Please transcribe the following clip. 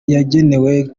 yagenewe